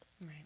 Right